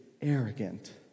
arrogant